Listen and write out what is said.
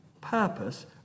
purpose